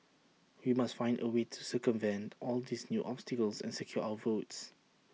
we must find A way to circumvent all these new obstacles and secure our votes